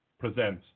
present